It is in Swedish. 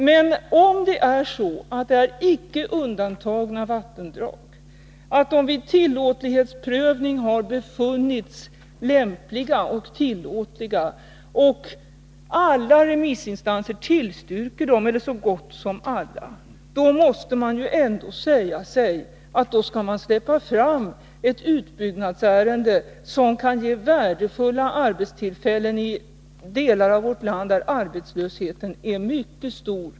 Men om det är så att ett ärende handlar om ett icke undantaget vattendrag och det vid tillåtlighetsprövning har befunnits lämpligt för utbyggnad och om alla eller så gott som alla remissinstanser tillstyrker, då måste man ändå säga sig att det är nödvändigt att släppa fram ett sådant ärende, eftersom projektet kan ge värdefulla arbetstillfällen i delar av vårt land där arbetslösheten är mycket stor.